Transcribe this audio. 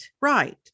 Right